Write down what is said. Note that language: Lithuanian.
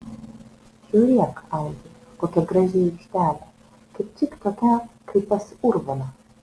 žiūrėk algi kokia graži aikštelė kaip tik tokia kaip pas urboną